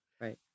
Right